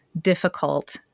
difficult